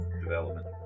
development